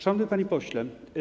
Szanowny Panie Pośle!